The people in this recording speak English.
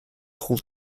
hold